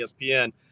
ESPN